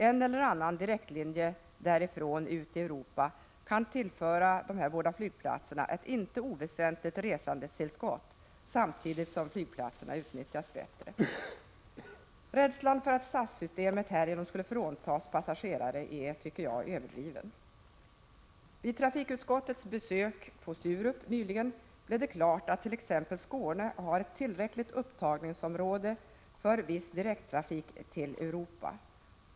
En eller annan direktlinje därifrån ut i Europa kan tillföra de båda flygplatserna ett inte oväsentligt resandetillskott, samtidigt som flygplatserna utnyttjas bättre. Rädslan för att SAS-systemet härigenom skulle fråntas passagerare är, tycker jag, överdriven. Vid trafikutskottets besök vid Sturup nyligen blev det klart att t.ex. Skåne har ett tillräckligt upptagningsområde för viss direkttrafik till Europa.